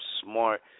smart